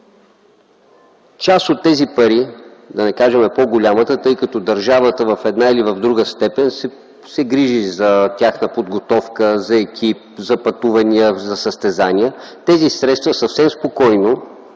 Част от тези пари, да не кажа по-голямата, тъй като държавата в една или друга степен се грижи за тяхната подготовка, екип, пътувания, състезания, тези средства могат съвсем спокойно